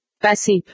passive